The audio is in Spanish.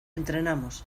entrenamos